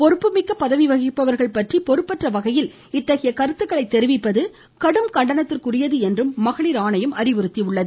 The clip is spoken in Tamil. பொறுப்புமிக்க பதவி வகிப்பவர்கள் பற்றி பொறுப்பற்ற வகையில் இத்தகைய கருத்துக்களைத் தெரிவிப்பது கடும் கண்டனத்திற்குரியது என்றும் மகளிர் ஆணையம் அறிவுறுத்தியுள்ளது